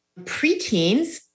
preteens